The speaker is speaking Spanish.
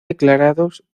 declarados